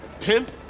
pimp